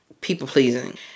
people-pleasing